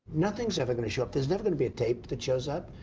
nothing's ever gonna show up. there's never gonna be a tape that shows up.